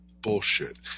bullshit